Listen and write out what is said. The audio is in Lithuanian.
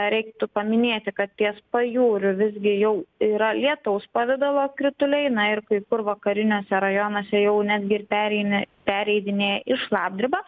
reiktų paminėti kad ties pajūriu visgi jau yra lietaus pavidalo krituliai na ir kai kur vakariniuose rajonuose jau netgi ir pereina pereidinėja į šlapdribą